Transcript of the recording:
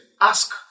ask